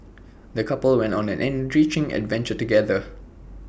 the couple went on an enriching adventure together